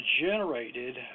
generated